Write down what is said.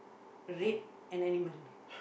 rape an animal